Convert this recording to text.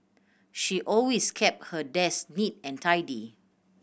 she always keep her desk neat and tidy